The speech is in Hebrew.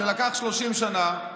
שלקח 30 שנה,